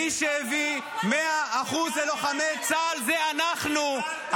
מי שהביא 100% ללוחמי צה"ל זה אנחנו.